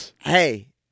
Hey